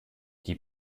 die